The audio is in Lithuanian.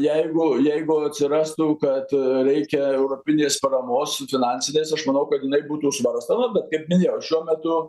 jeigu jeigu atsirastų kad reikia europinės paramos finansinės aš manau kad jinai būtų svarstoma kaip minėjau šiuo metu